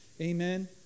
Amen